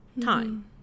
time